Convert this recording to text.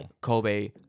Kobe